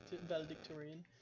valedictorian